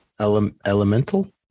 Elemental